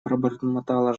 пробормотала